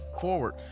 forward